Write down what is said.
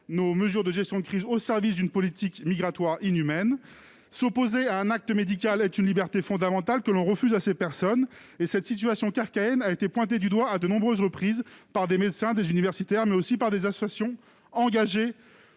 dispositifs de gestion de crise au service d'une politique migratoire inhumaine. S'opposer à un acte médical est une liberté fondamentale, que l'on refuse à ces personnes. Cette situation kafkaïenne a été pointée du doigt à de nombreuses reprises par des médecins, des universitaires ainsi que des associations engagées